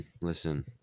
listen